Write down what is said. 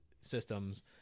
systems